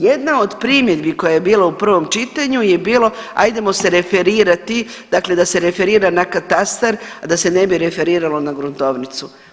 Jedna od primjedbi koja je bila u prvom čitanju je bilo ajdemo se referirati, dakle da se referira na katastar da se ne bi referiralo na gruntovnicu.